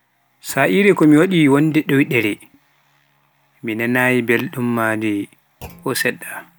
saire so wani wonde hoyɗore, mi nanayi bemɗum naji ko seɗɗa.